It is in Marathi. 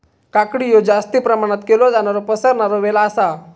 काकडी हयो जास्ती प्रमाणात केलो जाणारो पसरणारो वेल आसा